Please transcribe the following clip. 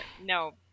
no